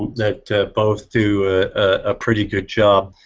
that both do a pretty good job.